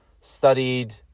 studied